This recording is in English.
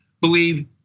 believe